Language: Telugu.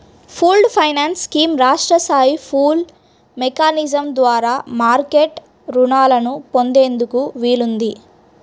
పూల్డ్ ఫైనాన్స్ స్కీమ్ రాష్ట్ర స్థాయి పూల్డ్ మెకానిజం ద్వారా మార్కెట్ రుణాలను పొందేందుకు వీలుంది